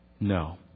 No